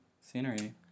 scenery